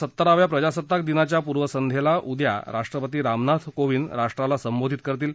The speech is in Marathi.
सत्तराव्या प्रजासत्ताक दिनाच्या पूर्वसंध्येला उद्या राष्ट्रपती रामनाथ कोविंद राष्ट्राला संबोधित करतील